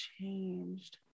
changed